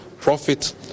Profit